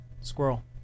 Squirrel